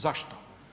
Zašto?